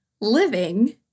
living